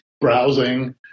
browsing